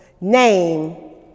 name